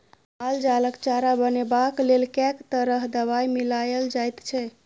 माल जालक चारा बनेबाक लेल कैक तरह दवाई मिलाएल जाइत छै